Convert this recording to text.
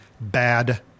bad